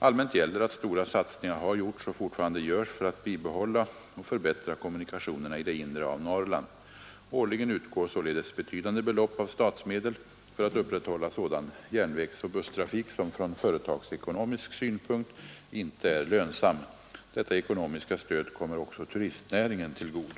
Allmänt gäller att stora satsningar har gjorts och fortfarande görs för att bibehålla och förbättra kommunikationerna i det inre av Norrland. Årligen utgår således betydande belopp av statsmedel för att upprätthålla sådan järnvägsoch busstrafik som från företagsekonomisk synpunkt inte är lönsam. Detta ekonomiska stöd kommer också turistnäringen till godo.